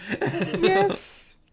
Yes